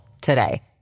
today